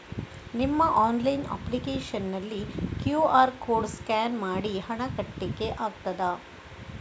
ನಿಮ್ಮ online application ನಲ್ಲಿ QR code scan ಮಾಡಿ ಹಣ ಕಟ್ಲಿಕೆ ಆಗ್ತದ?